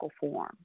form